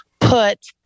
put